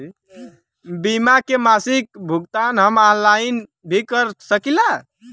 बीमा के मासिक भुगतान हम ऑनलाइन भी कर सकीला?